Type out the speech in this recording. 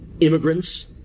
immigrants